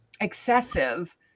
excessive